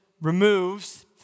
removes